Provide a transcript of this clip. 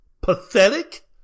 pathetic